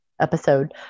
episode